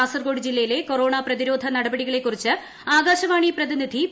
കാസർകോട് ജില്ലയിലെ ക്കൊറോ്ണ പ്രതിരോധ നടപടികളെക്കുറിച്ച് ആകാശവാണി പ്രതിനിധിച്ചു